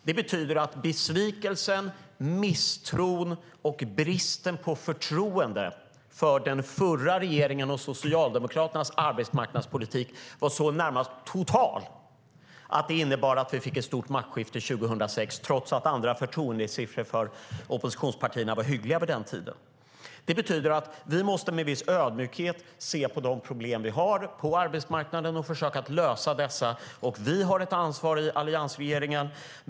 Det betyder att besvikelsen, misstron och bristen på förtroende för den förra regeringen och Socialdemokraternas arbetsmarknadspolitik var så närmast total att det innebar att vi fick ett stort maktskifte 2006, trots att andra förtroendesiffror för oppositionspartierna var hyggliga på den tiden. Det betyder att vi med viss ödmjukhet måste se på de problem vi har på arbetsmarknaden och försöka lösa dessa. Vi har ett ansvar i alliansregeringen.